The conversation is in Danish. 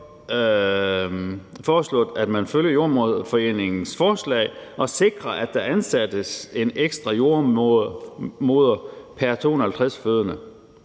foreslået, at man følger Jordemoderforeningens forslag og sikrer, at der ansættes en ekstra jordemoder pr. 250 fødende.